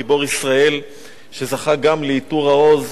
גיבור ישראל שזכה גם לעיטור העוז,